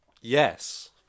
Yes